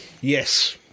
Yes